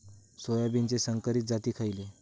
सोयाबीनचे संकरित जाती खयले?